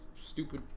stupid